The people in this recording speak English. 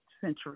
century